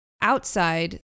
outside